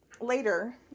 later